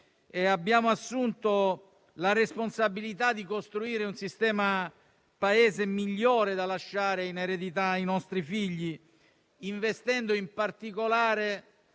abbiamo assunto la responsabilità di costruire un sistema Paese migliore da lasciare in eredità ai nostri figli, investendo in particolare